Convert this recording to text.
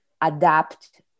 adapt